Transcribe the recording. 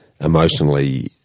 emotionally